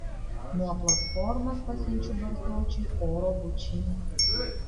nuo platformos pasiunčiu barzdočiui oro bučinį